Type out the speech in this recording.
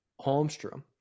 Holmstrom